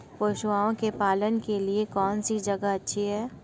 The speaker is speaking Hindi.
पशुओं के पालन के लिए कौनसी जगह अच्छी है?